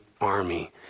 army